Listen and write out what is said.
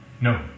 No